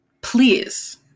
please